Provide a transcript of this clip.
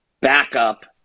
backup